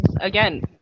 again